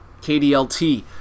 KDLT